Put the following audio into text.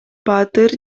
баатыр